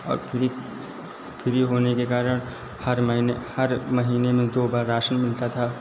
औ free free होने के कारण हर महीने हर महीने में दो बार राशन मिलता था